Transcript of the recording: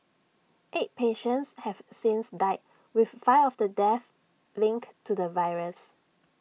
eight patients have since died with five of the deaths linked to the virus